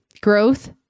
growth